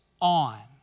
on